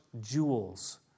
jewels